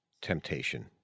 temptation